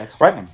Right